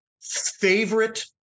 favorite